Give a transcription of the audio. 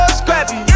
scrappy